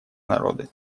народы